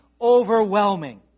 overwhelming